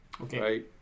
Okay